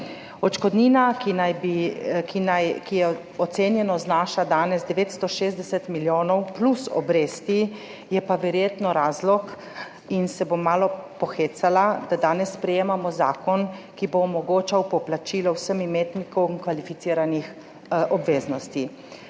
Odškodnina, ki je ocenjena, znaša danes 960 milijonov plus obresti, je pa verjetno razlog in se bom malo pohecala, da danes sprejemamo zakon, ki bo omogočal poplačilo vsem imetnikom kvalificiranih obveznosti.